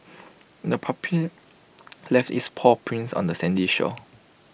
the puppy left its paw prints on the sandy shore